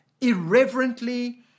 irreverently